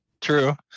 true